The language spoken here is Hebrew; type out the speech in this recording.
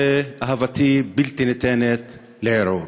ואהבתי בלתי ניתנת לערעור,